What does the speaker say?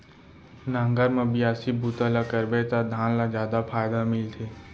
नांगर म बियासी बूता ल करबे त धान ल जादा फायदा मिलथे